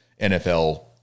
NFL